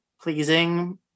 pleasing